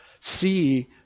see